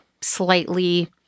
slightly